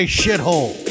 shithole